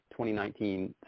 2019